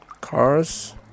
cars